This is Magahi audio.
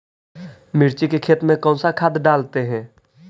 मिर्ची के खेत में कौन सा खाद डालते हैं?